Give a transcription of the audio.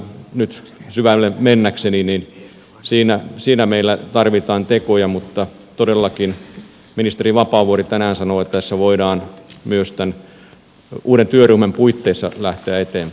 nyt syvälle mennäkseni siinä meillä tarvitaan tekoja mutta todellakin ministeri vapaavuori tänään sanoi että tässä voidaan myös tämän uuden työryhmän puitteissa lähteä eteenpäin